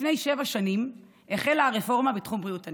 לפני שבע שנים החלה הרפורמה בתחום בריאות הנפש,